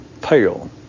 pale